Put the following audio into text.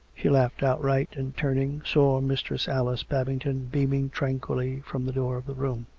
she laughed outright, and, turning, saw mistress alice babington beaming tranquilly from the door of the room.